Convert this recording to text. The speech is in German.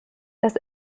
das